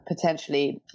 potentially